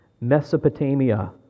Mesopotamia